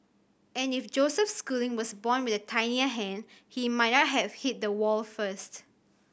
and if Joseph Schooling was born with a tinier hand he might not have hit the wall first